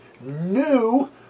new